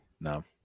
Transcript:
No